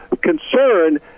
concern